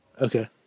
Okay